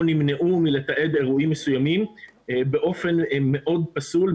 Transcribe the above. נמנעו מלתעד אירועים מסוימים באופן מאוד פסול,